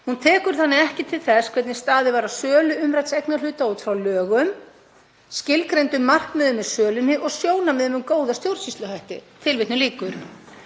Hún tekur þannig til þess hvernig staðið var að sölu umrædds eignarhluta út frá lögum, skilgreindum markmiðum með sölunni og sjónarmiðum um góða stjórnsýsluhætti.“ Þessi annars